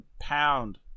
pound